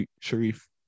Sharif